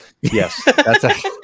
yes